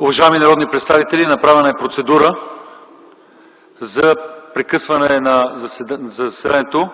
Уважаеми народни представители, направена е процедура за прекъсване на заседанието